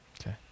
Okay